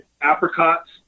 apricots